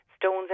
stones